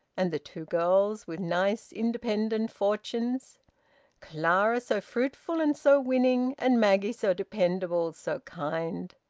and the two girls, with nice independent fortunes clara so fruitful and so winning, and maggie so dependable, so kind!